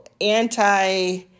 anti